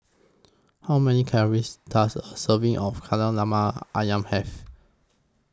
How Many Calories Does A Serving of Kari Lemak Ayam Have